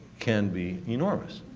can be enormous.